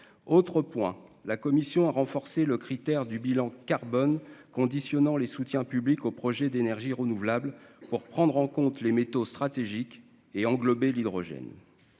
autre point, la commission a renforcé le critère du bilan carbone conditionnant les soutiens publics aux projets d'énergies renouvelables pour prendre en compte les métaux stratégiques et englober l'hydrogène,